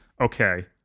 okay